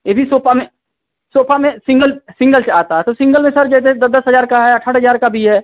ए भी सोफा में सोफा में सिंगल सिंगल चाहता है तो सिंगल में सर जैसे दस दस हज़ार का है आठ आठ हज़ार का भी है